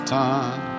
time